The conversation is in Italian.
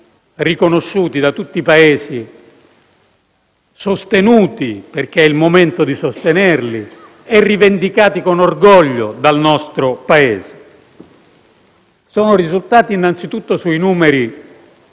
Sono risultati, innanzitutto, sui numeri degli arrivi. Voi sapete che gli arrivi di migranti nel nostro Paese si sono ridotti su base annua del 33